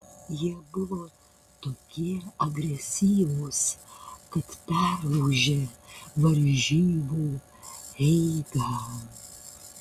jie buvo tokie agresyvūs kad perlaužė varžybų eigą